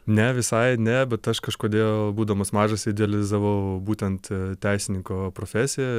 ne visai ne bet aš kažkodėl būdamas mažas idealizavau būtent teisininko profesiją